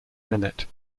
minute